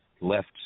left